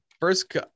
First